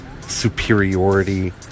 superiority